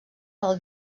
del